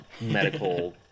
medical